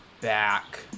back